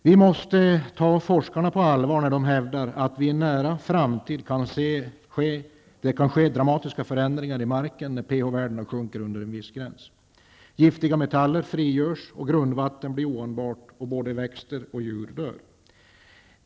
Vi måste ta forskarna på allvar när de hävdar att det i en nära framtid kan ske dramatiska förändringar i marken i samband med att pH-värdena sjunker under en viss gräns. Giftiga metaller frigörs, grundvattnet blir oanvändbart, och både växter och djur dör.